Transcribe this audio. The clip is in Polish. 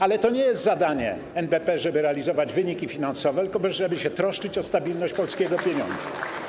Ale to nie jest zadanie NBP, żeby realizować wyniki finansowe, tylko żeby się troszczyć o stabilność polskiego pieniądza.